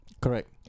Correct